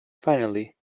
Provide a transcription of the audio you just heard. finally